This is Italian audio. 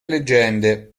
leggende